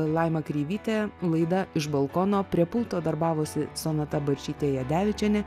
laima kreivytė laida iš balkono prie pulto darbavosi sonata bačytė jadevičienė